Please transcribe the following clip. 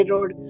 Road